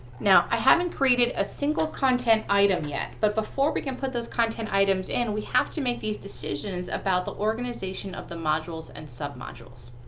now i haven't created a single content item yet, but before we can put those content items in we have to make these decisions about the organization of the modules and submodules.